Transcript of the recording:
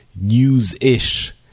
news-ish